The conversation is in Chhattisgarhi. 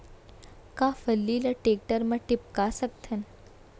का फल्ली ल टेकटर म टिपका सकथन?